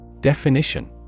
Definition